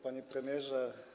Panie Premierze!